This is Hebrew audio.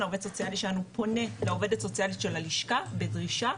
העו"ס שלנו פונה לעו"ס של הלשכה בדרישה